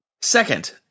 Second